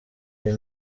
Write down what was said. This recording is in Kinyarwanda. iyi